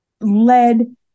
led